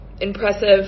impressive